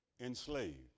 enslaved